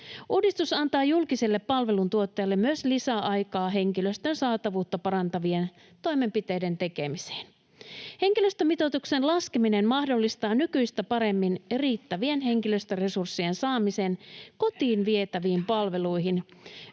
Uudistus antaa julkiselle palveluntuottajalle myös lisäaikaa henkilöstön saatavuutta parantavien toimenpiteiden tekemiseen. Henkilöstömitoituksen laskeminen mahdollistaa nykyistä paremmin riittävien henkilöstöresurssien saamisen kotiin vietäviin palveluihin,